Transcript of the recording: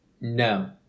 No